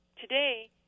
Today